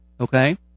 okay